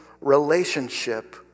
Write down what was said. relationship